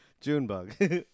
Junebug